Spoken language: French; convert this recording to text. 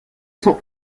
sont